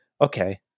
okay